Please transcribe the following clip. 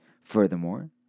Furthermore